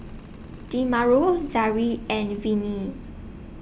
Demario Zaire and Vennie